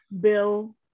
bill